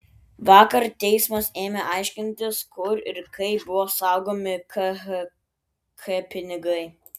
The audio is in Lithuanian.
vakar teismas ėmė aiškintis kur ir kaip buvo saugomi khk pinigai